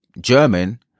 German